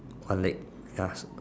one leg yes